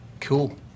Cool